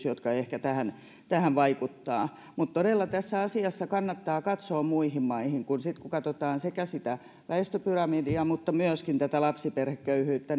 jotka ehkä tähän tähän vaikuttavat mutta todella tässä asiassa kannattaa katsoa muihin maihin sitten kun katsotaan sekä väestöpyramidia mutta myöskin lapsiperheköyhyyttä